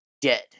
dead